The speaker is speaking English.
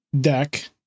deck